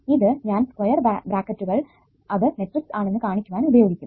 ഇത് ഞാൻ സ്ക്വയർ ബ്രാക്കറ്റുകൾ അത് മെട്രിക്സ് ആണെന്ന് കാണിക്കുവാൻ ഉപയോഗിക്കും